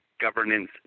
governance